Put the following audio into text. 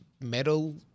metal